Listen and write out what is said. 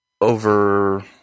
over –